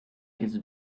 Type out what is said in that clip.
his